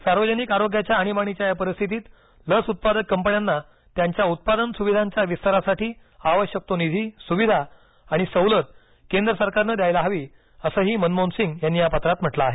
सार्वजनिक आरोग्याच्या अणीबाणीच्या या परिस्थितीत लस उत्पादक कंपन्यांना त्यांच्या उत्पादन सुविधांच्या विस्तारासाठी आवश्यक तो निधी सुविधा आणि सवलत केंद्र सरकारनं द्यायला हवी असंही मनमोहन सिंग यांनी या पत्रात म्हटलं आहे